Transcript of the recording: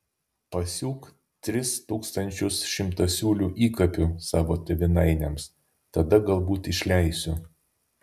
pasiūk tris tūkstančius šimtasiūlių įkapių savo tėvynainiams tada galbūt išleisiu